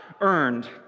earned